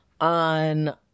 on